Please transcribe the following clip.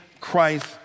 Christ